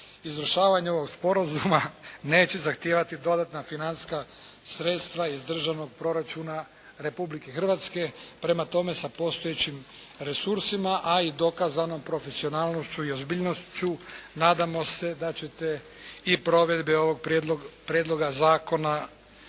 Izvršavanje ovog sporazuma neće zahtijevati dodatna financijska sredstva iz državnog proračuna Republike Hrvatske. Prema tome, sa postojećim resursima, a i dokazanom profesionalnošću i ozbiljnošću nadamo se da ćete i provedbe ovog prijedloga zakona